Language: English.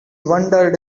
wondered